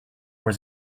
was